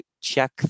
check